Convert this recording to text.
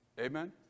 Amen